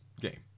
game